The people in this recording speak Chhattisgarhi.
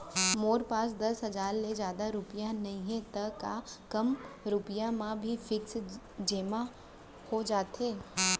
मोर पास दस हजार ले जादा रुपिया नइहे त का कम रुपिया म भी फिक्स जेमा हो जाथे?